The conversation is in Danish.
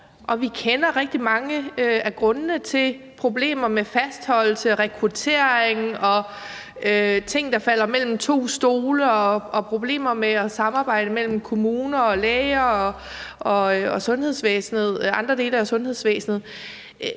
vi kender rigtig mange af grundene til problemerne med fastholdelse og rekruttering og ting, der falder mellem to stole, og problemerne med at samarbejde mellem kommuner og læger og andre dele af sundhedsvæsenet.